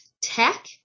Tech